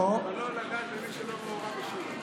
ולא לגעת במי שלא מעורב ישירות.